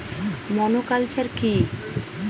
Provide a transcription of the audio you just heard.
Monoculture কি?